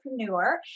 entrepreneur